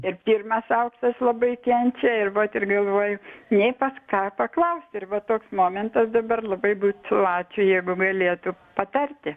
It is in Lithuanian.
ir pirmas aukštas labai kenčia ir vat ir galvoju nei pas ką paklaust ir va toks momentas dabar labai būtų ačiū jeigu galėtų patarti